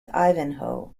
ivanhoe